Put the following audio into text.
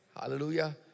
Hallelujah